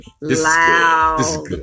loud